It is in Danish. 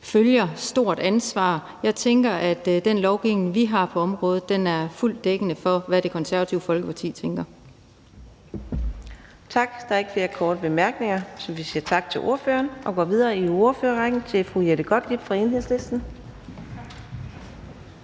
følger stort ansvar med. Jeg tænker, at den lovgivning, vi har på området, er fuldt dækkende for, hvad Det Konservative Folkeparti tænker. Kl. 15:24 Fjerde næstformand (Karina Adsbøl): Tak. Der er ikke flere korte bemærkninger. Vi siger tak til ordføreren og går videre i ordførerrækken til fru Jette Gottlieb fra Enhedslisten.